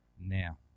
now